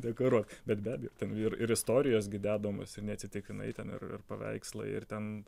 dekoruot bet be abejo ten ir ir istorijos gi dedamos ir neatsitiktinai ten ir ir paveikslai ir ten